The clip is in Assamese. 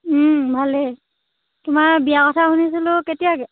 ভালেই তোমাৰ বিয়া কথা শুনিছিলোঁ কেতিয়াকৈ